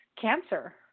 cancer